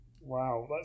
Wow